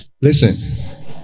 Listen